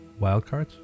Wildcards